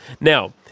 now